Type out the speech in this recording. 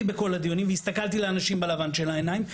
בכל הדיונים והסתכלתי לאנשים בלבן של העיניים,